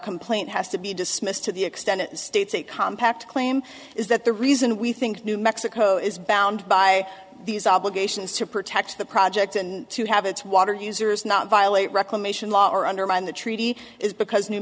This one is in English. complaint has to be dismissed to the extent it states a compact claim is that the reason we think new mexico is bound by these obligations to protect the project and to have its water users not violate reclamation law or undermine the treaty is because new